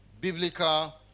biblical